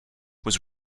was